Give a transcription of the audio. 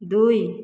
ଦୁଇ